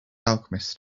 alchemist